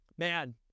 Man